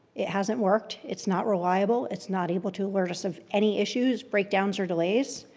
it hasn't worked, it's not reliable, it's not able to alert us of any issues, break downs, or delays.